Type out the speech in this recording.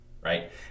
right